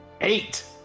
Eight